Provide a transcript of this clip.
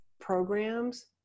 programs